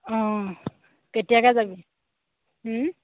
অঁ কেতিয়াকে যাবি